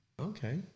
okay